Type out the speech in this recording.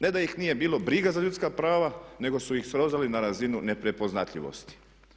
Ne da ih nije bilo briga za ljudska prava nego su ih srozali na razinu neprepoznatljivosti.